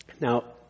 Now